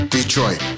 Detroit